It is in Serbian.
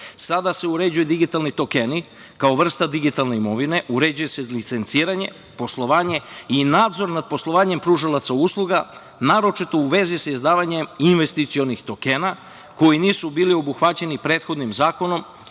sada se uređuju digitalni tokeni kao vrsta digitalne imovine, uređuje se licenciranje, poslovanje i nadzor nad poslovanjem pružalaca usluga, naročito u vezi sa izdavanjem investicionih tokena koji nisu bili obuhvaćeni prethodnim zakonom